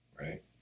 Right